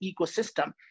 ecosystem